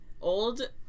old